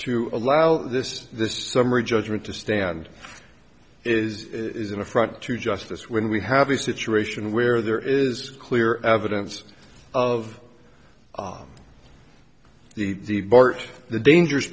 to allow this this summary judgment to stand is it is an affront to justice when we have a situation where there is clear evidence of the heart the dangers